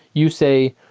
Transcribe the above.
you say,